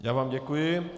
Já vám děkuji.